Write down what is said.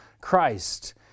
Christ